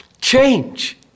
change